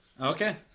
Okay